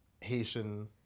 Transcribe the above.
Haitian